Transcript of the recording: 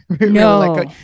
No